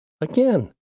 Again